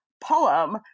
poem